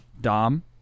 Dom